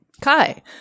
Kai